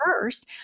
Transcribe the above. first